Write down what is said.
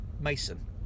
mason